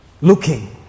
looking